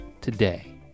today